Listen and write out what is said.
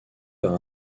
par